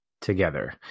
together